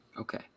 Okay